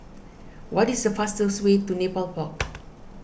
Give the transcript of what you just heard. what is the fastest way to Nepal Park